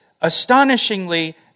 astonishingly